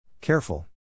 Careful